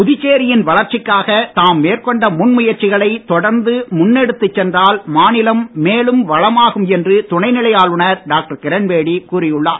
புதுச்சேரியின் வளர்ச்சிக்காக தாம்மேற்கொண்ட முன்முயற்சிகளை தொடர்ந்து முன்னெடுத்துச் சென்றால் மாநிலம் மேலும் வளமாகும் என்று துணைநிலை ஆளுநர் டாக்டர் கிரண்பேடி கூறியுள்ளார்